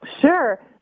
Sure